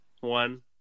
one